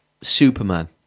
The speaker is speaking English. Superman